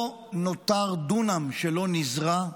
לא נותר דונם שלא נזרע,